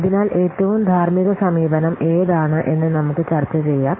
അതിനാൽ ഏറ്റവും ധാർമ്മിക സമീപനം ഏതാണ് എന്ന് നമുക്ക് ചർച്ച ചെയ്യാം